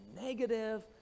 negative